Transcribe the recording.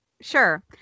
Sure